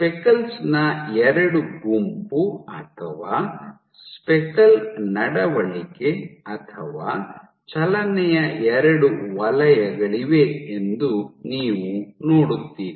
speckles ನ ಎರಡು ಗುಂಪು ಅಥವಾ ಸ್ಪೆಕಲ್ ನಡವಳಿಕೆ ಅಥವಾ ಚಲನೆಯ ಎರಡು ವಲಯಗಳಿವೆ ಎಂದು ನೀವು ನೋಡುತ್ತೀರಿ